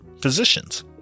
physicians